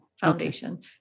foundation